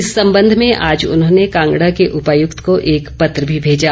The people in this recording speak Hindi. इस संबंध में आज उन्होंने कांगडा के उपायक्त को एक पत्र भी भेजा